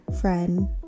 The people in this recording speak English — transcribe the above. friend